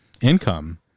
income